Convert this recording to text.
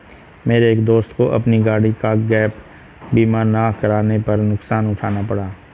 मेरे एक दोस्त को अपनी गाड़ी का गैप बीमा ना करवाने पर नुकसान उठाना पड़ा